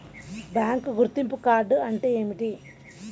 Bank గుర్తింపు card అంటే ఏమిటి?